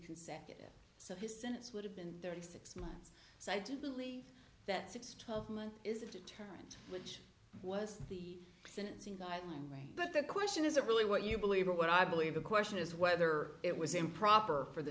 consecutive so his sentence would have been thirty six months so i do believe that six twelve months is a deterrent was the sentencing guideline right but the question is a really what you believe or what i believe the question is whether it was improper for the